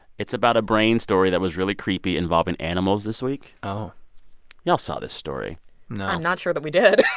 it's about a brain story that was really creepy involving animals this week oh y'all saw this story no i'm not sure that we did